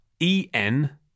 en